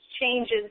changes